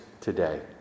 today